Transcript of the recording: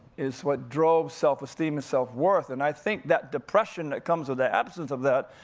is what drove self-esteem, self-worth, and i think that depression that comes with the absence of that,